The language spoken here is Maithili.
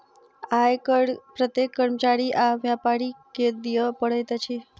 आय कर प्रत्येक कर्मचारी आ व्यापारी के दिअ पड़ैत अछि